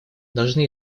должны